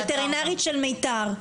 הווטרינרית של מיתר,